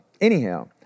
Anyhow